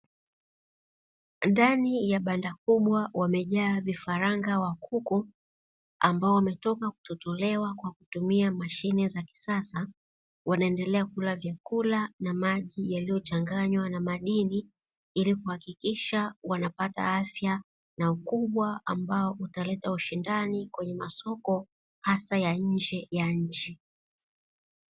Ndani ya banda kubwa wamejaa vifaranga wakuku, ambao wametoka kutotolewa kwa kutumia mashine za kisasa, wanaendelea kula vyakula na maji yaliyochanganywa na madini, ili kuhakikisha wanapata afya na ukubwa ambao utaleta ushindani kwenye masoko hasa ya nje ya nchi.